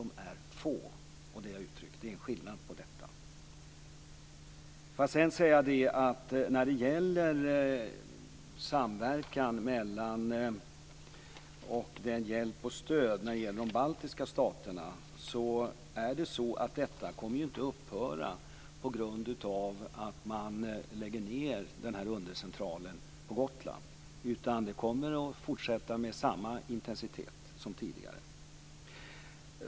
Man hade uttryckt att det var få. Det är en skillnad. Hjälpen och stödet till de baltiska staterna kommer inte att upphöra på grund av att man lägger ned undercentralen på Gotland. Det kommer att fortsätta med samma intensitet som tidigare.